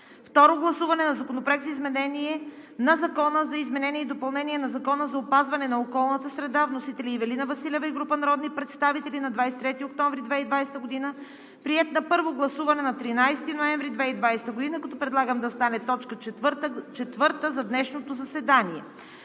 Второ гласуване на Законопроекта за изменение и допълнение на Закона за опазване на околната среда. Вносител – Ивелина Василева и група народни представители на 23 октомври 2020 г. Приет на първо гласуване на 13 ноември 2020 г., като предлагам да стане точка четвърта за днешното заседание.